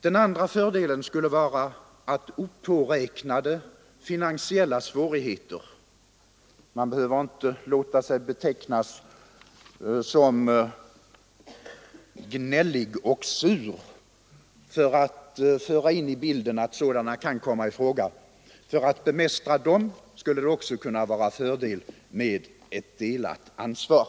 Den andra fördelen skulle vara att för att bemästra opåräknade finansiella svårigheter — man behöver inte låta sig betecknas som gnällig och sur för att föra in i bilden att sådana kan komma i fråga — skulle det också kunna vara en fördel med ett delat ansvar.